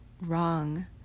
wrong